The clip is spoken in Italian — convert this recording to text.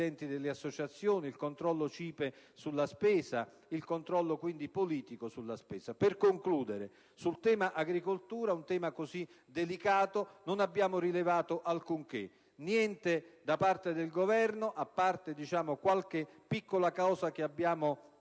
Per concludere, sul tema agricoltura, un tema così delicato, non abbiamo rilevato alcunché, niente da parte del Governo, a parte qualche piccola cosa che abbiamo testé